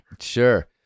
Sure